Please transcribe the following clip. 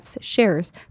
shares